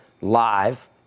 live